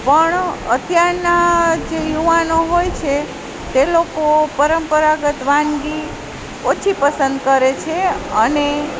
પણ અત્યારના જે યુવાનો હોય છે તે લોકો પરંપરાગત વાનગી ઓછી પસંદ કરે છે અને